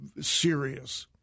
serious